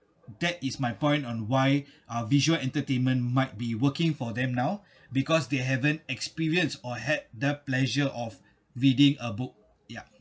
that is my point on why uh visual entertainment might be working for them now because they haven't experience or had the pleasure of reading a book ya